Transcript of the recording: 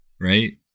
right